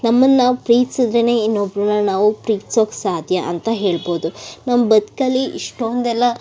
ನಮ್ಮನ್ನು ನಾವು ಪ್ರೀತ್ಸಿದ್ರೆನೇ ಇನ್ನೊಬ್ರನ್ನು ನಾವು ಪ್ರೀತ್ಸೋಕ್ಕೆ ಸಾಧ್ಯ ಅಂತ ಹೇಳ್ಬೋದು ನಮ್ಮ ಬದುಕಲ್ಲಿ ಇಷ್ಟೊಂದೆಲ್ಲ